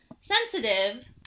sensitive